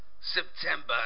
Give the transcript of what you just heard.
September